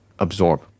absorb